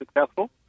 successful